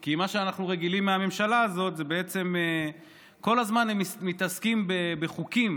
כי מה שאנחנו רגילים מהממשלה הזאת זה בעצם שכל הזמן הם מתעסקים בחוקים: